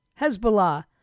Hezbollah